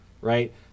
right